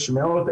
יש מאות,